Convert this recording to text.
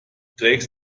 trägst